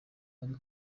ari